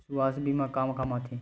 सुवास्थ बीमा का काम आ थे?